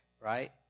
right